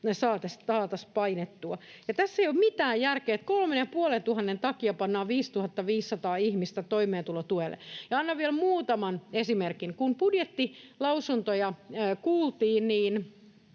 saataisiin painettua. Tässä ei ole mitään järkeä, että 3,5 miljoonan takia pannaan 5 500 ihmistä toimeentulotuelle. Annan vielä muutaman esimerkin. Kun budjettilausuntoja kuultiin,